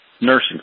nursing